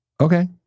okay